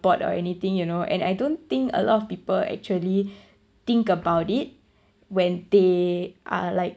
bored or anything you know and I don't think a lot of people actually think about it when they are like